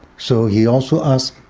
so he also asked